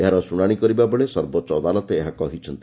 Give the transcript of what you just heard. ଏହାର ଶୁଣାଣି କରିବା ବେଳେ ସର୍ବୋଚ୍ଚ ଅଦାଲତ ଏହ କହିଛନ୍ତି